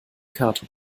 karte